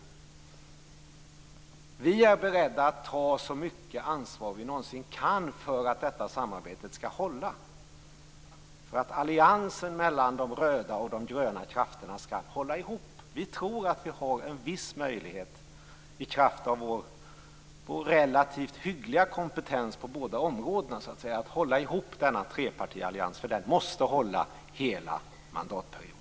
Vi är beredda att ta så mycket ansvar vi någonsin kan för att detta samarbete skall hålla, för att alliansen mellan de röda och de gröna krafterna skall hålla ihop. Vi tror att vi har en viss möjlighet, i kraft av vår relativt hyggliga kompetens på båda områdena, att hålla ihop denna trepartiallians. Den måste hålla hela mandatperioden.